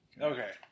Okay